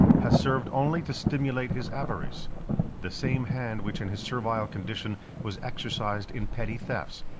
has served only to stimulate his avarice the same hand which in his servile condition, was exercised in petty thefts,